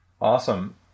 Awesome